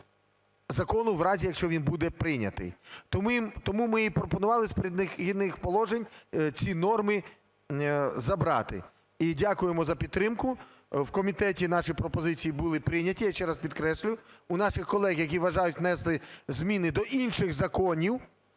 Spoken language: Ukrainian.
закону в разі, якщо він буде прийнятий. Тому ми і пропонували з "Перехідних положень" ці норми забрати. І дякуємо за підтримку. В комітеті наші пропозиції були прийняті, я ще раз підкреслюю, у наших колег, які бажають внести зміни до інших законів